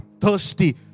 thirsty